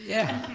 yeah,